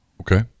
Okay